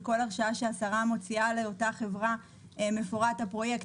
ובכל הרשאה שהשרה מוציאה לאותה חברה מפורט הפרויקט,